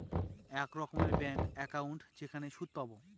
এক রকমের bank account যেখানে সুদ পাবো